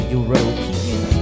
European